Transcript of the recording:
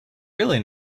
really